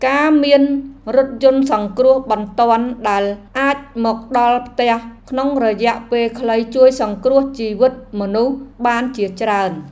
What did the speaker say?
ការមានរថយន្តសង្គ្រោះបន្ទាន់ដែលអាចមកដល់ផ្ទះក្នុងរយៈពេលខ្លីជួយសង្គ្រោះជីវិតមនុស្សបានជាច្រើន។